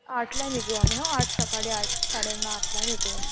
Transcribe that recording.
आठला निघू आम्ही हो आठ सकाळी आठ साडे नऊ आठला निघू